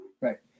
Right